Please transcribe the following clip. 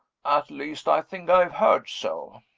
at least, i think i have heard so.